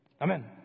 Amen